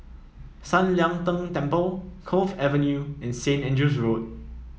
San Lian Deng Temple Cove Avenue and Saint Andrew's Road